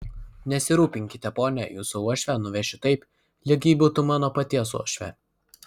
nesirūpinkite pone jūsų uošvę nuvešiu taip lyg ji būtų mano paties uošvė